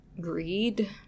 Greed